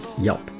Yelp